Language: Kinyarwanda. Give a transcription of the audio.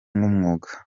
nk’umwuga